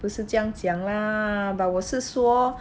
不是这样讲 lah but 我是说